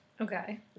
Okay